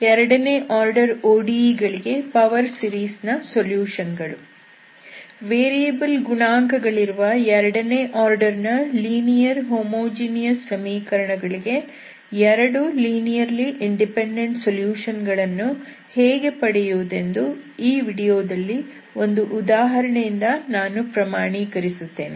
ಎರಡನೇ order ODE ಗಳಿಗೆ power series ನ ಸೊಲ್ಯೂಷನ್ ಗಳು ವೇರಿಯಬಲ್ ಗುಣಾಂಕ ಗಳಿರುವ ಎರಡನೇ ಆರ್ಡರ್ ನ ಲೀನಿಯರ್ ಹೋಮೋಜೀನಿಯಸ್ ಸಮೀಕರಣ ಗಳಿಗೆ 2 ಲೀನಿಯರ್ಲಿ ಇಂಡಿಪೆಂಡೆಂಟ್ ಸೊಲ್ಯೂಷನ್ ಗಳನ್ನು ಹೇಗೆ ಪಡೆಯುವುದೆಂದು ಈ ವಿಡಿಯೋದಲ್ಲಿ ಒಂದು ಉದಾಹರಣೆಯಿಂದ ನಾನು ಪ್ರಮಾಣೀಕರಿಸುತ್ತೇನೆ